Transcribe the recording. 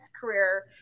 career